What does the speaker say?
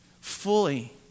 fully